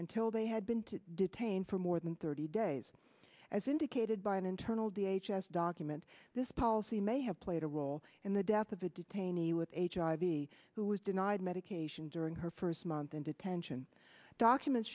until they had been to detain for more than thirty days as indicated by an internal d h as document this policy may have played a role in the death of a detainee with hiv who was denied medication during her first month in detention documents